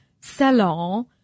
salon